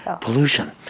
pollution